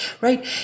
right